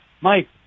Mike